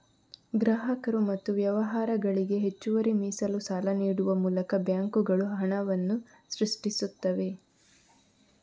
ಗ್ರಾಹಕರು ಮತ್ತು ವ್ಯವಹಾರಗಳಿಗೆ ಹೆಚ್ಚುವರಿ ಮೀಸಲು ಸಾಲ ನೀಡುವ ಮೂಲಕ ಬ್ಯಾಂಕುಗಳು ಹಣವನ್ನ ಸೃಷ್ಟಿಸ್ತವೆ